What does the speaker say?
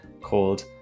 called